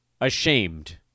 ashamed